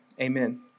Amen